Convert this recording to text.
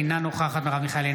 אינה נוכחת מרב מיכאלי,